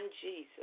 Jesus